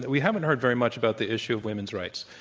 we haven't heard very much about the issue of women's rights.